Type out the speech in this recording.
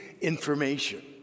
information